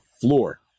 floor